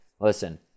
listen